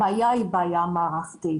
הבעיה היא בעיה מערכתית.